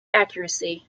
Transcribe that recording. accuracy